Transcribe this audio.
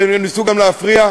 והם ניסו גם להפריע,